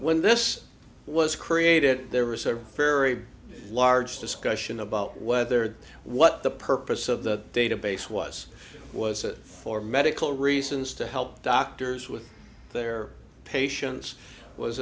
when this was created there was a very large discussion about whether what the purpose of the database was was it for medical reasons to help doctors with their patients was